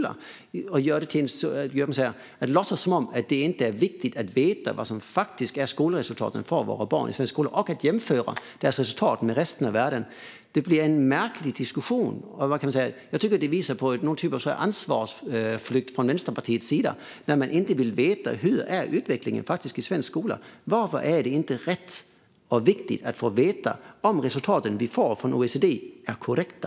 Att låtsas som att det inte är viktigt att veta vad som faktiskt är skolresultaten för våra barn i svensk skola och jämföra deras resultat med resten av världen tycker jag visar på någon typ av ansvarsflykt från Vänsterpartiets sida. Varför är det inte rätt och viktigt att få veta om resultaten vi får från OECD är korrekta?